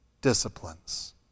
disciplines